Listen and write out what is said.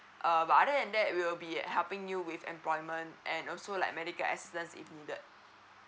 err but other than that we'll be helping you with employment and also like medical assistance if needed